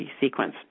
sequence